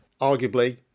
arguably